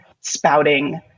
spouting